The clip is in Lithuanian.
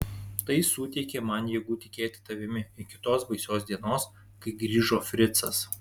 tai suteikė man jėgų tikėti tavimi iki tos baisios dienos kai grįžo fricas